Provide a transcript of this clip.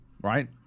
right